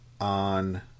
on